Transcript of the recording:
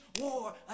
war